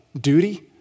duty